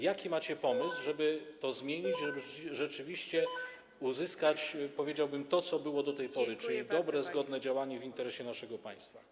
Jaki macie pomysł, żeby to zmienić, żeby rzeczywiście uzyskać to, co było do tej pory, czyli dobre, zgodne działanie w interesie naszego państwa?